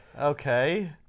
Okay